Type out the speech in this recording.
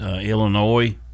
Illinois